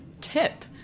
tip